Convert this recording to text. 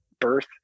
birth